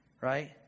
right